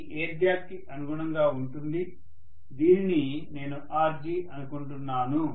ఇది air gap కి అనుగుణంగా ఉంటుంది దీనిని నేను Rg అనుకుంటున్నాను